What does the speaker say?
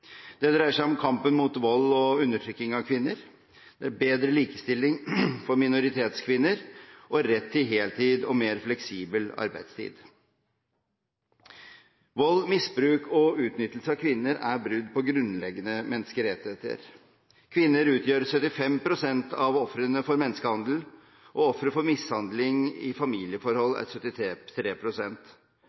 Det dreier seg om kampen mot vold og undertrykking av kvinner, bedre likestilling for minoritetskvinner og rett til heltid og mer fleksibel arbeidstid. Vold, misbruk og utnyttelse av kvinner er brudd på grunnleggende menneskerettigheter. Kvinner utgjør 75 pst. av ofrene for menneskehandel, 73 pst. av ofrene for mishandling i familieforhold,